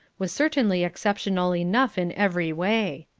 was certainly exceptional enough in every way.